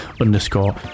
underscore